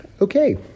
okay